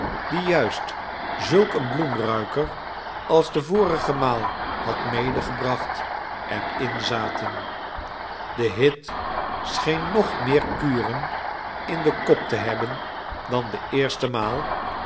die juist zulk een bloemruiker als de vorige maal had medegebracht er in zaten de hit scheen nogmeer kuren in den kop te hebben dan de eerste maal